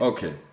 Okay